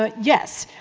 ah yes,